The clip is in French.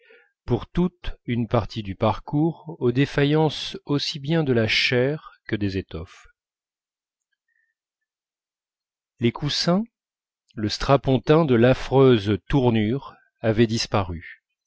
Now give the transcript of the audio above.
pour toute une partie du parcours aux défaillances aussi bien de la chair que des étoffes les coussins le strapontin de l'affreuse tournure avaient disparu